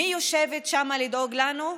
מי יושבת שם לדאוג לנו?